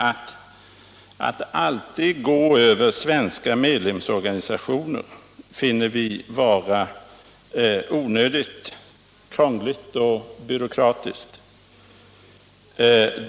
Att alltid gå över svenska medlemsorganisationer finner vi emellertid vara onödigt krångligt och byråkratiskt.